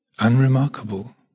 unremarkable